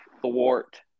thwart